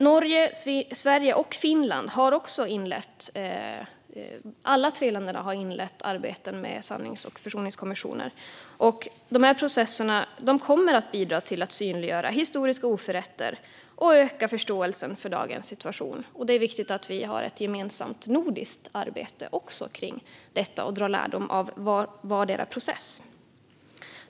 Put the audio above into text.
Norge, Sverige och Finland har alla inlett arbeten med sannings och försoningskommissioner. Dessa processer kommer att bidra till att synliggöra historiska oförrätter och öka förståelsen för dagens situation. Det är viktigt att vi även har ett gemensamt nordiskt arbete kring detta och att vi drar lärdom av vardera processen.